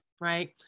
right